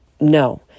No